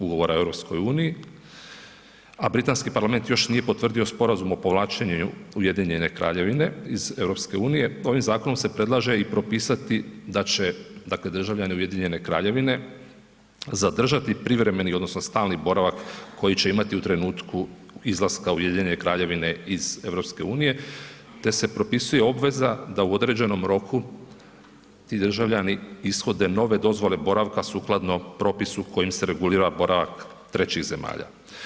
Ugovora o EU-u a britanski Parlament još nije potvrdio sporazum o povlačenju Ujedinjene Kraljevine iz EU-a, ovim zakonom se predlaže i propisati da će dakle državljani Ujedinjene Kraljevine zadržati privremeni odnosno stalni boravak koji će imati u trenutku izlaska Ujedinjene Kraljevine iz EU-a te se propisuje obveza da u određenom roku ti državljani ishode nove dozvole boravka sukladno propisu kojim se regulira boravak trećih zemalja.